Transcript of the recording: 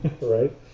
right